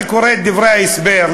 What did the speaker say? אני קורא את דברי ההסבר,